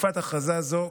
בתקופת הכרזה זו,